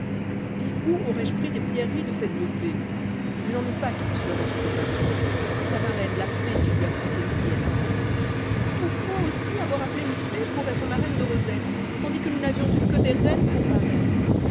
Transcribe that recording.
et où aurais-je pris des pierreries de cette beauté je n'en ai pas qui puissent leur être comparées c'est sa marraine la fée qui lui a prêté les siennes pourquoi aussi avoir appelé une fée pour être marraine de rosette tandis que nous n'avions eu que des reines pour marraines